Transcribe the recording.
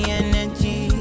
energy